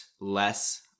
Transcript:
less